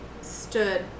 stood